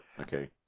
okay